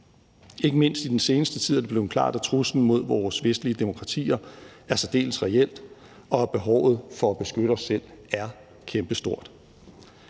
Ikke mindst i den seneste tid er det blevet klart, at truslen mod vores vestlige demokratier er særdeles reel, og at behovet for at beskytte os selv er kæmpestort.